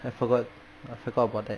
I forgot I forgot about that